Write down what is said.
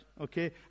okay